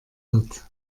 wird